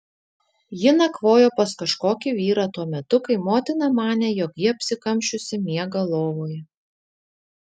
ji nakvojo pas kažkokį vyrą tuo metu kai motina manė jog ji apsikamšiusi miega lovoje